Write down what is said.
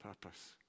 purpose